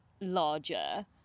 larger